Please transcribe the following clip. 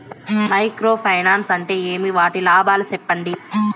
Micro finance అంటే ఏమి? వాటి లాభాలు సెప్పండి?